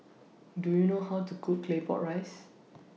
Do YOU know How to Cook Claypot Rice